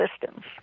systems